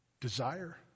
desire